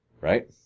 Right